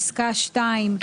פסקה (2).